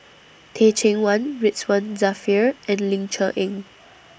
Teh Cheang Wan Ridzwan Dzafir and Ling Cher Eng